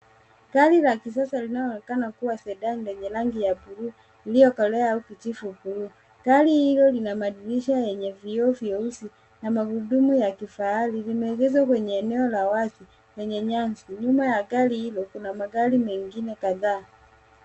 Gari la kisasa linaloonekana kuwa sedani yenye rangi ya blue iliokolea au kijivu gari hilo Lina madirisha lenye vioo vyeusi na Magurudumu ya kifahari limeegeshwa kwenye eneo la wazi lenye nyasi nyuma ya gari hilo kuna magari mengine kadhaa.